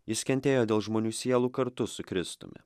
jis kentėjo dėl žmonių sielų kartu su kristumi